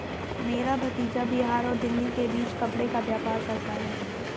मेरा भतीजा बिहार और दिल्ली के बीच कपड़े का व्यापार करता है